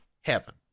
heaven